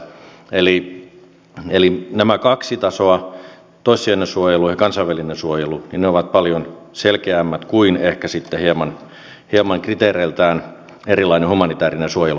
eli nämä kaksi tasoa toissijainen suojelu ja kansainvälinen suojelu ovat paljon selkeämmät kuin ehkä sitten kriteereiltään hieman erilainen humanitäärinen suojelu